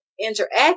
interact